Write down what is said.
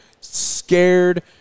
scared